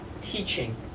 teaching